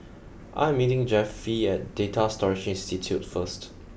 I am meeting Jeffie at Data Storage Institute first